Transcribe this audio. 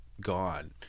gone